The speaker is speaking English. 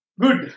Good